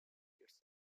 its